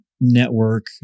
network